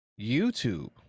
YouTube